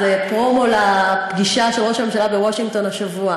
זה פרומו לפגישה של ראש הממשלה בוושינגטון השבוע.